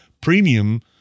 premium